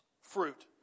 fruit